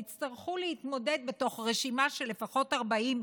הם יצטרכו להתמודד בתוך רשימה של לפחות 40,